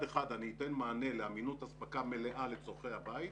אחד אני אתן מענה לאמינות אספקה מלאה לצורכי הבית,